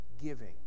giving